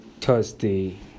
Thursday